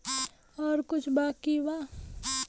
और कुछ बाकी बा?